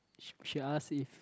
she she ask if